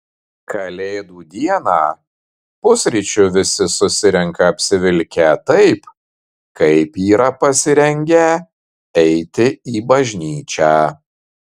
kalėdų dieną pusryčių visi susirenka apsivilkę taip kaip yra pasirengę eiti į bažnyčią